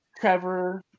Trevor